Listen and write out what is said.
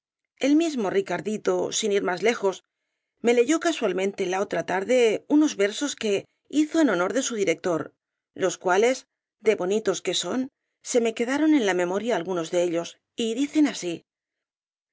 el mismo ricardito sin ir más lejos me leyó casualmente la otra tarde unos versos que hizo en honor de su director los cuales de bonitos que son se me quedaron en la memoria algunos de ellos y dicen así